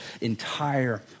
entire